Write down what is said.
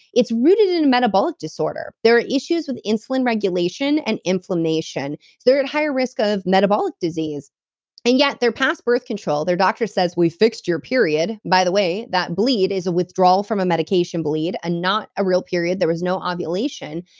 it's rooted in a and metabolic disorder. there are issues with insulin regulation and inflammation so they're at higher risk of metabolic disease and yet, they're passed birth control. their doctor says, we fixed your period. by the way, that bleed is a withdrawal from a medication bleed, and not a real period, there was no ah ovulation.